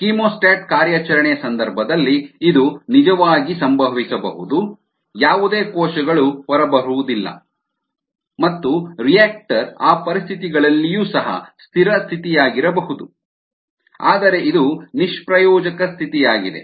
chemostat ಕಾರ್ಯಾಚರಣೆಯ ಸಂದರ್ಭದಲ್ಲಿ ಇದು ನಿಜವಾಗಿ ಸಂಭವಿಸಬಹುದು ಯಾವುದೇ ಕೋಶಗಳು ಹೊರಬರುವುದಿಲ್ಲ ಮತ್ತು ರಿಯಾಕ್ಟರ್ ಆ ಪರಿಸ್ಥಿತಿಗಳಲ್ಲಿಯೂ ಸಹ ಸ್ಥಿರ ಸ್ಥಿತಿಯಾಗಿರಬಹುದು ಆದರೆ ಇದು ನಿಷ್ಪ್ರಯೋಜಕ ಸ್ಥಿತಿಯಾಗಿದೆ